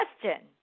question